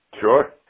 Sure